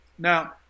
Now